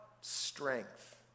strength